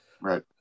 Right